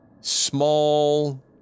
small